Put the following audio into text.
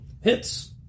Hits